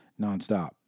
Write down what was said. nonstop